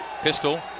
Pistol